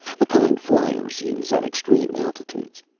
the kind fliers use at extreme altitudes.